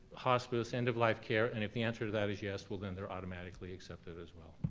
hospice, end-of-life care, and if the answer to that is yes, well then they're automatically accepted as well.